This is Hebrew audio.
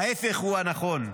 ההפך הוא הנכון,